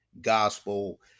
gospel